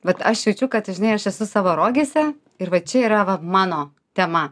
bet aš jaučiu kad žinai aš esu savo rogėse ir va čia yra va mano tema